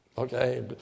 okay